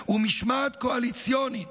ומשמעת קואליציונית